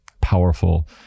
powerful